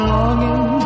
longing